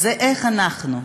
אז איך אנחנו,